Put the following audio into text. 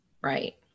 Right